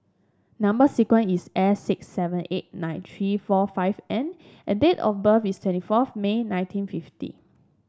number sequence is S six seven eight nine three forur five N and date of birth is twenty four of May nineteen fifty